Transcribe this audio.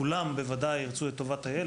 כולם כמובן ירצו את טובת הילד,